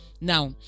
Now